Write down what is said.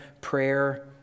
prayer